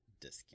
discount